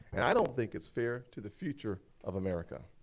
and i don't think it's fair to the future of america.